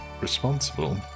responsible